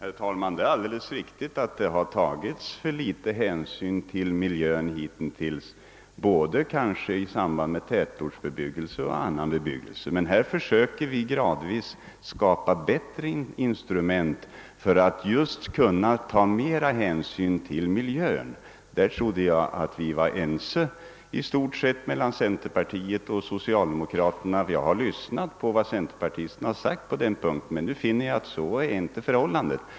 Herr talman! Det är alldeles riktigt att för liten hänsyn hitintills tagits till miljön i samband med både tätortsbebyggelse och annan bebyggelse. Men vi försöker gradvis skapa bättre instrument för att just kunna ta mera hänsyn till miljön. Därvidlag trodde jag att centerpartisterna och vi socialdemokrater i stort sett var överens. Jag har lyssnat till vad centerpartisterna sagt på denna punkt. Nu finner jag emellertid att enighet inte föreligger.